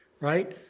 right